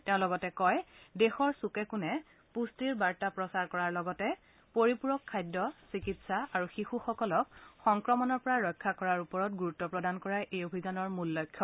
তেওঁ লগতে কয় দেশৰ চুকে কোণে পুষ্টিৰ বাৰ্তা প্ৰচাৰ কৰাৰ লগতে পৰিপূৰক খাদ্য চিকিৎসা আৰু শিশুসকলক সংক্ৰমণৰ পৰা ৰক্ষা কৰাৰ ওপৰত গুৰুত্ব প্ৰদান কৰাই এই অভিযানৰ মূল লক্ষ্য